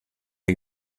est